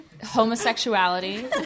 homosexuality